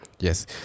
Yes